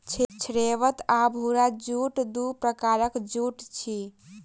श्वेत आ भूरा जूट दू प्रकारक जूट अछि